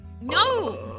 no